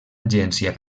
agència